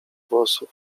włosów